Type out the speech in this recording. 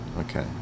Okay